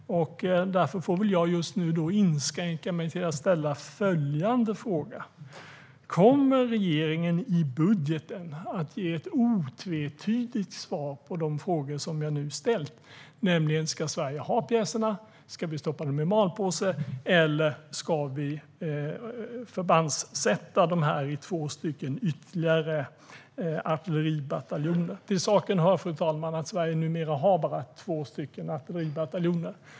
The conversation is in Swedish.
Därför får jag inskränka mig till att ställa följande frågor. Kommer regeringen i budgeten att ge ett otvetydigt svar på de frågor som jag nu har ställt? Ska Sverige ha pjäserna, ska vi stoppa dem i malpåse eller ska vi förbandssätta dem i ytterligare två artilleribataljoner? Till saken hör, fru talman, att Sverige numera har bara två artilleribataljoner.